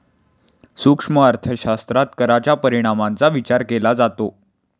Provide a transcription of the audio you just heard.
सूक्ष्म अर्थशास्त्रात कराच्या परिणामांचा विचार केला जातो